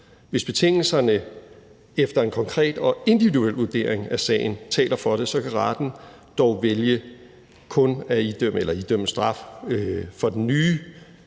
Hvis betingelserne efter en konkret og individuel vurdering af sagen taler for det, kan retten dog vælge at idømme straf, betinget